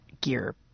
gear